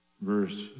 verse